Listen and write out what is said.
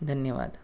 ધન્યવાદ